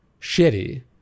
shitty